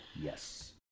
Yes